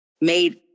made